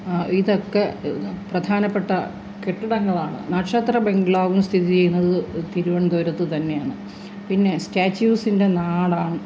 ഇതൊക്കെ പ്രധാനപ്പെട്ട കെട്ടിടങ്ങളാണ് നക്ഷത്രബംഗ്ലാവും സ്ഥിതി ചെയ്യുന്നത് തിരുവനന്തപുരത്ത് തന്നെയാണ് പിന്നെ സ്റ്റാച്യൂസിൻ്റെ നാടാണ്